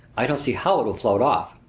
i don't see how it will float off.